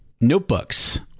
notebooks